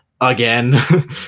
again